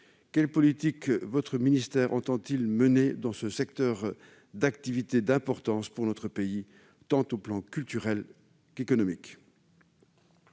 quelle politique votre ministère entend-il mener dans ce secteur d'activité d'importance pour notre pays, sur le plan tant culturel qu'économique ?